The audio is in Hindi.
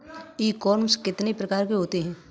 ई कॉमर्स कितने प्रकार के होते हैं?